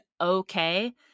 okay